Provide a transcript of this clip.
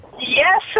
Yes